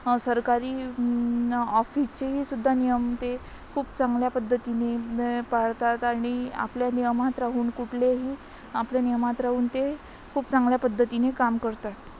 सरकारी ऑफिसचेही सुद्धा नियम ते खूप चांगल्या पद्धतीने पाळतात आणि आपल्या नियमात राहून कुठलेही आपल्या नियमात राहून ते खूप चांगल्या पद्धतीने काम करतात